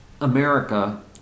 America